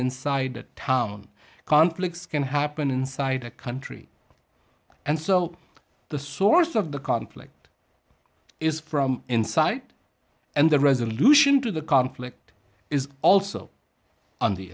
inside a town conflicts can happen inside a country and so the source of the conflict is from inside and the resolution to the conflict is also on the